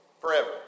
forever